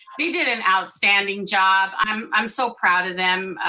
we did an outstanding job. i'm i'm so proud of them.